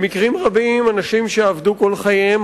במקרים רבים אנשים שעבדו כל חייהם,